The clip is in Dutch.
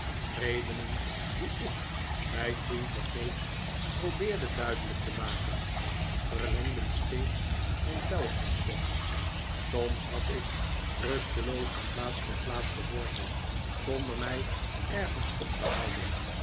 redenen die ik mij toen vergeefs probeerde duidelijk te maken verlengden steeds mijn pelgrimstocht soms had ik rusteloos van plaats tot plaats gezworven zonder mij ergens op te houden